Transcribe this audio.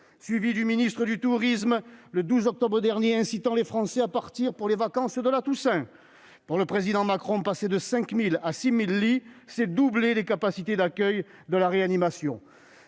chargé du tourisme qui, le 12 octobre dernier, incitait les Français à partir pour les vacances de la Toussaint. Pour le président Macron, passer de 5 000 à 6 000 lits, c'est doubler les capacités d'accueil en réanimation.